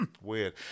Weird